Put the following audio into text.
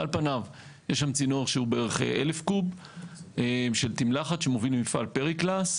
על פניו יש שם צינור שהוא 1,000 קוב של תמלחת שמוביל למפעל פריקלאס.